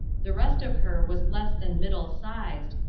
the rest of her was less than middle-sized,